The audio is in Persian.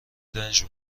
دنج